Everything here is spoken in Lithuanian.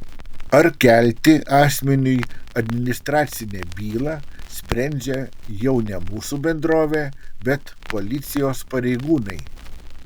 ar kelti asmeniui administracinę bylą sprendžia jau ne mūsų bendrovė bet policijos pareigūnai